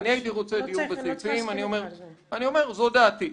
אני אומר את דעתי.